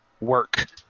work